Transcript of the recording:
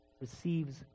receives